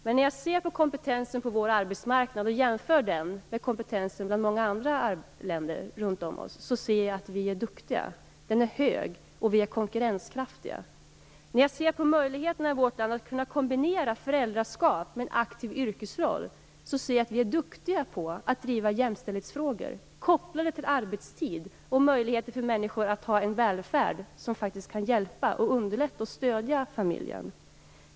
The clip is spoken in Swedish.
Men när jag ser på kompetensen på vår arbetsmarknad och jämför den med kompetensen i många andra länder runtom oss ser jag att vi är duktiga. Kompetensen är hög, och vi är konkurrenskraftiga. När jag ser på möjligheterna i vårt land att kunna kombinera föräldraskap med en aktiv yrkesroll ser jag att vi är duktiga på att driva jämställdhetsfrågor kopplade till arbetstid och möjligheter för människor att ha en välfärd som faktiskt kan hjälpa, underlätta och stödja familjen.